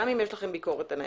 גם אם יש לכם ביקורת עליהם,